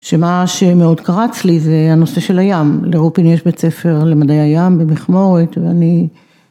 שמה שמאוד קרץ לי זה הנושא של הים, לאירופים יש בית ספר למדעי הים במכמורת ואני...